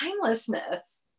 timelessness